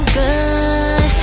good